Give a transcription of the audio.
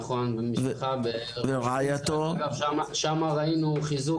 נכון, משפחה בשפרינצק אגב שם ראינו חיזוק.